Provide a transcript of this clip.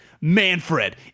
Manfred